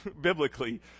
biblically